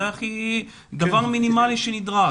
זה דבר מינימלי שנדרש.